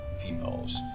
females